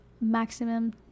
maximum